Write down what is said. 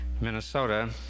Minnesota